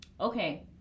Okay